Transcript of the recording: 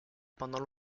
pendant